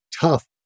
tough